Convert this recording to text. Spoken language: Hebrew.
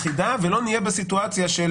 אחידה ולא נהיה בסיטואציה של